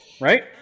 Right